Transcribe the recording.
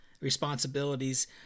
responsibilities